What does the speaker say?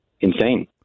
insane